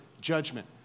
judgment